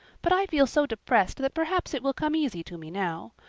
but i feel so depressed that perhaps it will come easy to me now.